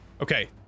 Okay